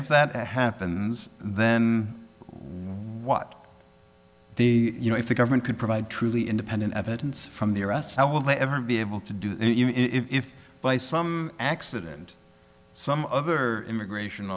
if that happens then what the you know if the government could provide truly independent evidence from the arrests how will they ever be able to do if by some accident some other immigration